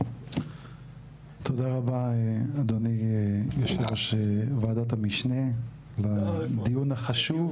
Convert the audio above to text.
תודה רבה אדוני יושב-ראש ועדת המשנה על הדיון החשוב.